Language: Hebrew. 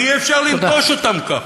שם, ואי-אפשר לנטוש אותם כך.